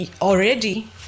already